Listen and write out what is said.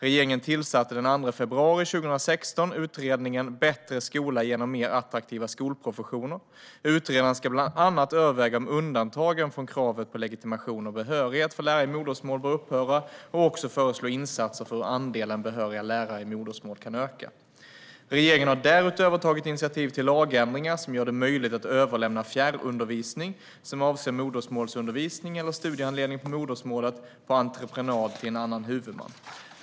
Regeringen tillsatte den 2 februari 2016 utredningen Bättre skola genom mer attraktiva skolprofessioner . Utredaren ska bland annat överväga om undantagen från kraven på legitimation och behörighet för lärare i modersmål bör upphöra och också föreslå insatser för hur andelen behöriga lärare i modersmål kan öka. Regeringen har därutöver tagit initiativ till lagändringar som gör det möjligt att överlämna fjärrundervisning, som avser modersmålsundervisning eller studiehandledning på modersmålet, på entreprenad till en annan huvudman.